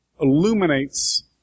illuminates